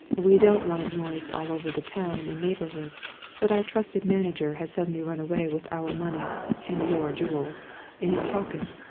we don't want it noised all over the town and neighbourhood that our trusted manager has suddenly run away with our money and your jewels in his pocket.